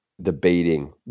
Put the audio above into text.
debating